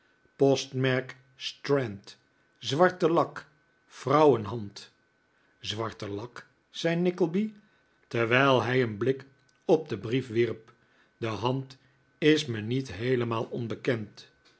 postmerk strand zwarte lak vrouwenhand zwarte lak zei nickleby terwijl hij een blik op den brief wierp de hand is me niet heelemaal onbekend